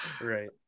Right